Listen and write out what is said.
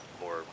more